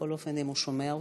בכל אופן, אם הוא שומע אותנו.